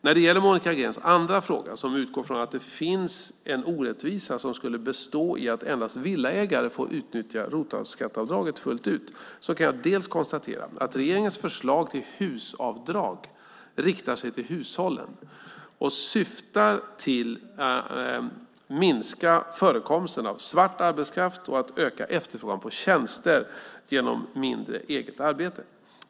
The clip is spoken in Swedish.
När det gäller Monica Greens andra fråga, som utgår från att det finns en orättvisa som skulle bestå i att endast villaägare får utnyttja ROT-skatteavdraget fullt ut, så kan jag dels konstatera att regeringens förslag till HUS-avdrag riktar sig till hushållen och syftar till att minska förekomsten av svart arbetskraft och att öka efterfrågan på tjänster genom mindre eget arbete.